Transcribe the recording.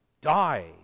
die